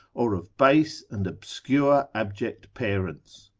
or of base and obscure abject parents.